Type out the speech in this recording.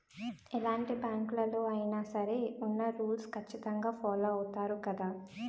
ఎలాంటి బ్యాంకులలో అయినా సరే ఉన్న రూల్స్ ఖచ్చితంగా ఫాలో అవుతారు గదా